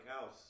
house